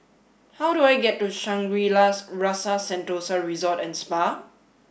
how do I get to Shangri La's Rasa Sentosa Resort and Spa